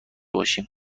باشم